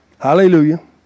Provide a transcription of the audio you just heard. Hallelujah